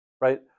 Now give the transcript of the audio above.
Right